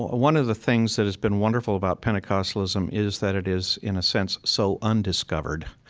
ah one of the things that has been wonderful about pentecostalism is that it is, in a sense, so undiscovered.